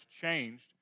changed